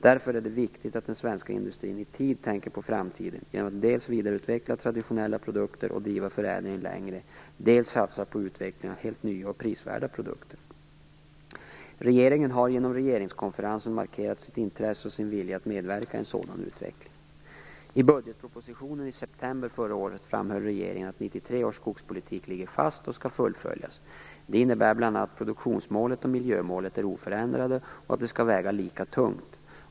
Därför är det viktigt att den svenska industrin i tid tänker på framtiden genom att dels vidareutveckla traditionella produkter och driva förädlingen längre, dels satsa på utveckling av helt nya och prisvärda produkter. Regeringen har genom regeringskonferensen markerat sitt intresse och sin vilja att medverka i en sådan utveckling. I budgetpropositionen i september förra året framhöll regeringen att 1993 års skogspolitik ligger fast och skall fullföljas. Det innebär bl.a. att produktionsmålet och miljömålet är oförändrade och att de skall väga lika tungt.